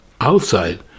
outside